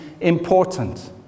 important